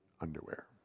underwear